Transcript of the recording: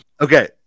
Okay